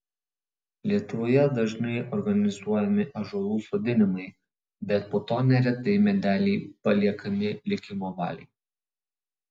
lietuvoje dažnai organizuojami ąžuolų sodinimai bet po to neretai medeliai paliekami likimo valiai